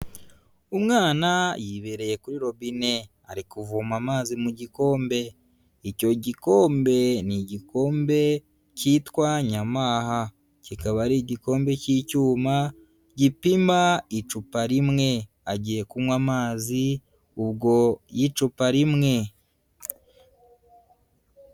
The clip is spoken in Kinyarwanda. Umwana yibereye kuri robine, ari kuvoma amazi mu gikombe, icyo gikombe ni igikombe cyitwa Nyamaha, kikaba ari igikombe cy'icyuma gipima icupa rimwe, agiye kunywa amazi ubwo y'icupa rimwe.